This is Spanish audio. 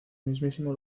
mismísimo